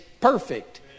perfect